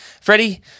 Freddie